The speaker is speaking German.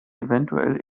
eventuell